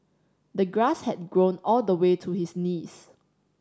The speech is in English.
the grass had grown all the way to his knees